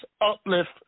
Uplift